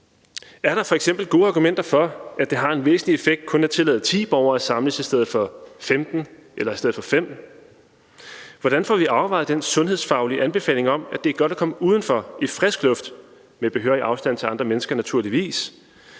Er der f.eks. gode argumenter for, at det har en væsentlig effekt kun at tillade 10 borgere at samles i stedet for 15 – eller i stedet for 5? Hvordan får vi afvejet den sundhedsfaglige anbefaling om, at det er godt at komme udenfor i frisk luft – med behørig afstand til andre mennesker naturligvis